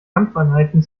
kampfeinheiten